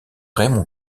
raymond